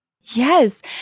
Yes